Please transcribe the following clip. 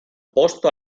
posto